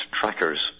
trackers